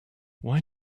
why